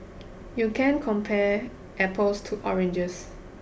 you can't compare apples to oranges